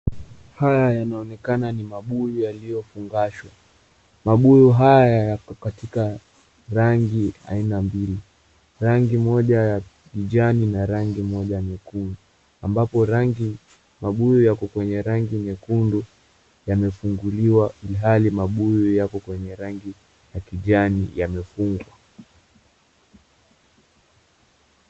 Haya yanaonekana kuwa ni mabuyu yaliyofungashwa. Mabuyu haya yako katika rangi aina mbili, rangi moja ya kijani na rangi moja nyekundu ambapo mabuyu yako kwenye rangi nyekundu yamefunguliwa ilhali mabuyu yako kwenye rangi ya kijani yamefungwa.